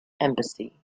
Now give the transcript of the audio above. embassy